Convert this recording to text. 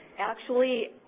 actually,